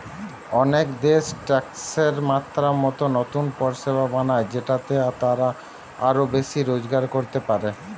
অনেক দেশ ট্যাক্সের মাত্রা মতো নতুন পরিষেবা বানায় যেটাতে তারা আরো বেশি রোজগার করতে পারে